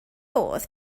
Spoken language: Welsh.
oedd